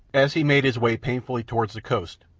as he made his way painfully towards the coast,